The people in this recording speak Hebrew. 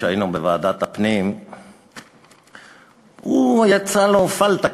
כשהיינו בוועדת הפנים יצאה לו "פַלטה",